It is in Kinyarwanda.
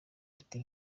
ati